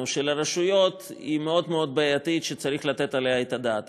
של הרשויות היא מאוד מאוד בעייתית וצריך לתת עליה את הדעת.